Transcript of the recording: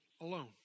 alone